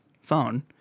phone